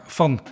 van